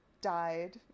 died